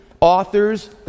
authors